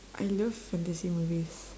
I love fantasy movies